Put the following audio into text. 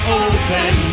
open